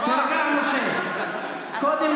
זכותי